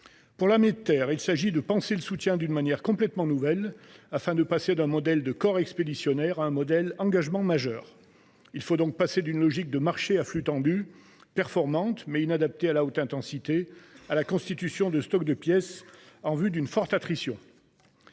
Pour l’armée de terre, il convient de penser le soutien d’une manière complètement nouvelle, afin de passer d’un modèle de corps expéditionnaire à un modèle d’engagement majeur. Il faut donc passer d’une logique de marchés à flux tendus, performante mais inadaptée à la haute intensité, à la constitution de stocks de pièces en vue d’une forte attrition.